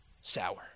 sour